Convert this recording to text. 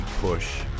push